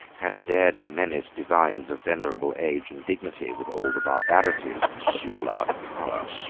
had dared to menace divines of venerable age and dignity with all the barbarities of lollard's tower.